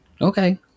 okay